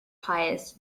pious